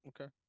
Okay